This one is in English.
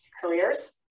careers